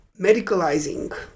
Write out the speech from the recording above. medicalizing